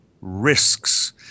risks